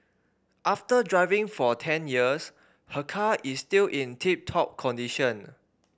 after driving for ten years her car is still in tip top condition